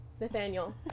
nathaniel